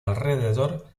alrededor